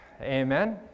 amen